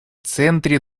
центре